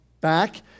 back